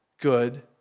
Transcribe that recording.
good